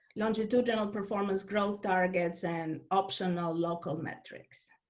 longitudinal performance growth targets, and optional local metrics.